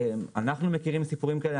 אנחנו מכירים סיפורים כאלה.